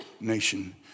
nation